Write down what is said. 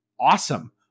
awesome